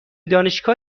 دانشگاه